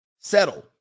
Settle